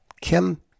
Kim